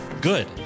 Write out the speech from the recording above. Good